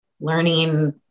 learning